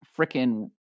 frickin